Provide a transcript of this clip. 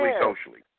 socially